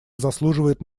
заслуживает